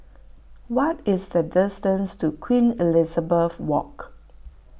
what is the distance to Queen Elizabeth Walk